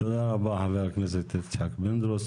תודה רבה, חבר הכנסת יצחק פינדרוס.